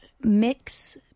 mix